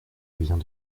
vient